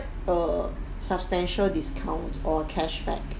a substantial discount or cashback